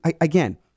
again